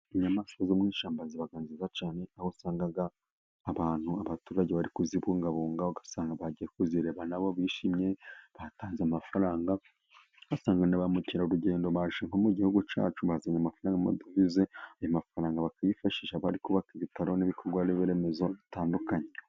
Inyamaswa zo mu ishyamba ziba nziza cyane, aho usanga abantu, abaturage bari kuzibungabunga ugasanga bagiye kuzireba nabo bishimye batanze amafaranga, ugasanga na ba Mukerarugendo baje mu gihugu cyacu bazanye amafaranga ,amadovize, ayo mafaranga bakayifashisha bari kubaka ibitaro ,n'ibikorwa remezo bitandukanye.